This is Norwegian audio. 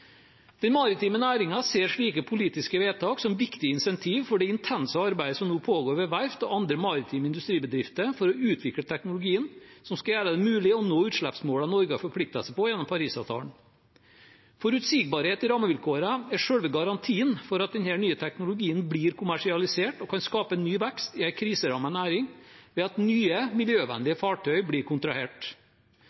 maritime næringene ser slike politiske vedtak som viktige insentiv for det intense arbeidet som nå pågår ved verft og andre maritime industribedrifter for å utvikle teknologien som skal gjøre det mulig å nå utslippsmålene Norge har forpliktet seg til gjennom Parisavtalen. Forutsigbarhet i rammevilkårene er selve garantien for at denne nye teknologien blir kommersialisert og kan skape ny vekst i en kriserammet næring ved at nye,